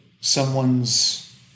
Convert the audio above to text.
someone's